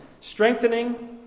Strengthening